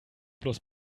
bloß